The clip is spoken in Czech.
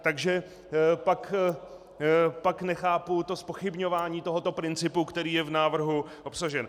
Takže pak nechápu zpochybňování tohoto principu, který je v návrhu obsažen.